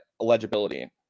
eligibility